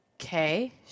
Okay